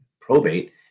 probate